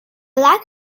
lack